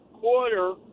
quarter